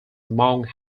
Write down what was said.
among